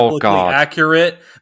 accurate